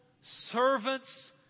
servants